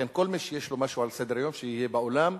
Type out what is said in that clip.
לכן, כל מי שיש לו משהו על סדר-היום, שיהיה באולם,